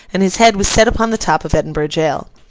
and his head was set upon the top of edinburgh jail.